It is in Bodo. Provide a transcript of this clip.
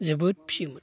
जोबोद फियोमोन